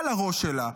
מעל הראש שלה,